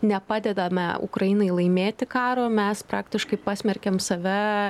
nepadedame ukrainai laimėti karo mes praktiškai pasmerkiam save